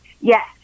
Yes